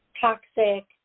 toxic